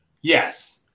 Yes